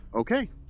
Okay